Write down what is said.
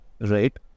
Right